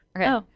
okay